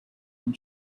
and